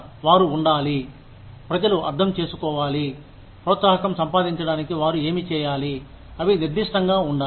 వారు ఉండాలి ప్రజలు అర్థం చేసుకోవాలి ప్రోత్సాహకం సంపాదించడానికి వారు ఏమి చేయాలి అవి నిర్దిష్టంగా ఉండాలి